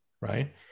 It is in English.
right